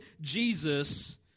Jesus